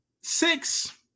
six